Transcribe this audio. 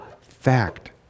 fact